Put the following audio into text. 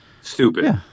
stupid